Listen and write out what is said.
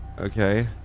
okay